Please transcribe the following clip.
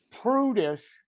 prudish